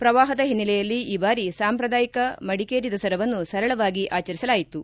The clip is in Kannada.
ಪ್ರವಾಪದ ಹಿನ್ನೆಲೆಯಲ್ಲಿ ಈ ಬಾರಿ ಸಂಪ್ರದಾಯಿಕ ಮಡಿಕೇರಿ ದಸರಾವನ್ನು ಸರಳವಾಗಿ ಆಚರಿಸಲಾಯಿತು